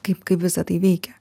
kaip kaip visa tai veikia